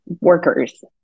workers